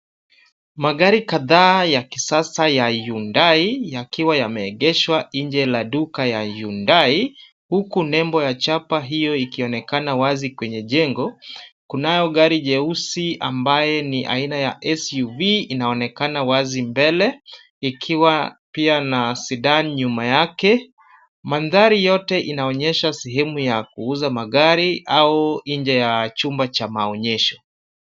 Magari kadhaa ya kisasa ya Hyundai yakiwa yameegeshwa nje la duka ya Hyundai huku nembo ya chapa hiyo ikionekana wazi kwenye jengo. Kunayo gari jeusi ambayo ni aina ya SUV inaonekana wazi mbele, ikiwa pia na Sedan nyuma yake. Mandhari yote inaonyesha sehemu ya kuuza magari au nje ya chumba cha maonyesho.